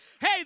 Hey